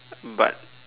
um but